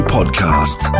Podcast